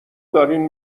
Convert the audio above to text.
دارین